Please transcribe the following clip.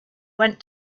went